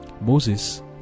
Moses